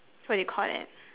what do you call that